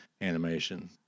animation